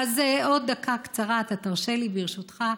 אז עוד דקה קצרה אתה תרשה לי, ברשותך.